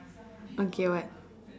okay what